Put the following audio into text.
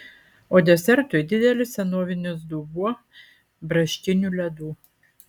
o desertui didelis senovinis dubuo braškinių ledų